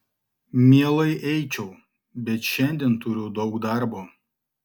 mielai eičiau bet šiandien turiu daug darbo